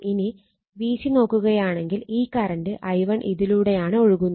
ഇനി Vc നോക്കുകയാണെങ്കിൽ ഈ കറണ്ട് i1 ഇതിലൂടെയാണ് ഒഴുകുന്നത്